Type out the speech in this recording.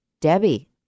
Debbie